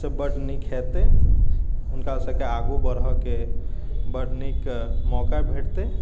से बड़ नीक हेतै हुनका सबके आगू बढ़ैके बड़ नीक मौका भेटतै